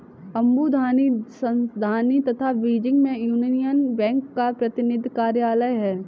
Abu Dhabi, Shanghai तथा Beijing में Union Bank का प्रतिनिधि कार्यालय है?